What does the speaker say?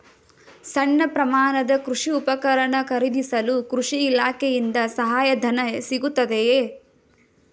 ಸಣ್ಣ ಪ್ರಮಾಣದ ಕೃಷಿ ಉಪಕರಣ ಖರೀದಿಸಲು ಕೃಷಿ ಇಲಾಖೆಯಿಂದ ಸಹಾಯಧನ ಸಿಗುತ್ತದೆಯೇ?